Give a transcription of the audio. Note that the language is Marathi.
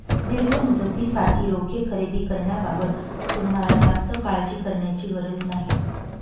दीर्घ मुदतीसाठी रोखे खरेदी करण्याबाबत तुम्हाला जास्त काळजी करण्याची गरज नाही